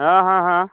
ᱦᱮᱸ ᱦᱮᱸ ᱦᱮᱸ